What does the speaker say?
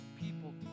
people